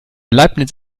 leibniz